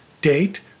Date